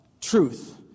truth